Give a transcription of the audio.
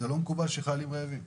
שחיילים רעבים.